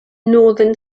northern